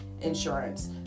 insurance